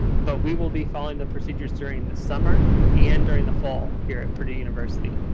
but we will be following the procedures during the summer and during the fall here at purdue university?